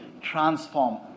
transform